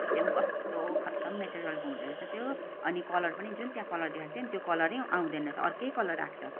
त्यो पनि कस्तो खत्तम मटेरियलको हुँदोरहेछ त्यो अनि कलर पनि जुन त्यहाँ कलर देखाएको थियो नि त्यो कलरै आउँदैन रहेछ अर्कै कलर आएको छ